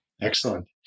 Excellent